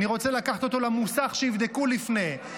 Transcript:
אני רוצה לקחת אותו למוסך שיבדקו לפני,